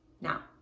Now